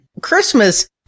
Christmas